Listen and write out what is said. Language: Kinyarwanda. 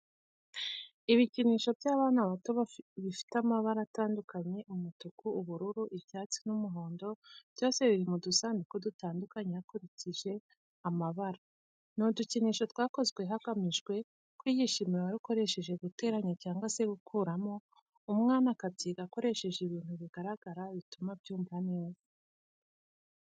Ibikinisho by'abana bato bifite amabara atandukanye umutuku, ubururu, icyatsi n'umuhondo byose biri mu dusanduku dutandukanye hakurikije amabara. Ni udukinisho twakozwe hagamijwe kwigisha imibare ukoresheje guteranya cyangwa se gukuramo umwana akabyiga akoresheje ibintu bigaragara bituma abyumva neza.